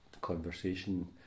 conversation